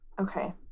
okay